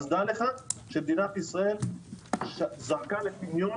אז דע לך שמדינת ישראל זרקה לטמיון